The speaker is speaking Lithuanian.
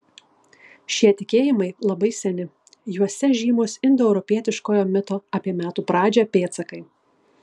šie tikėjimai labai seni juose žymūs indoeuropietiškojo mito apie metų pradžią pėdsakai